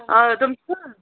آ تِم چھا